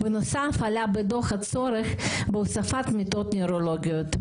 בנוסף עלה בדוח הצורך בהוספת מיטות נוירולוגיות.